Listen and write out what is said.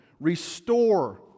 restore